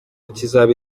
kizaba